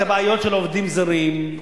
את הבעיות של העובדים הזרים,